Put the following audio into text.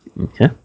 Okay